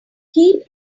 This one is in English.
keep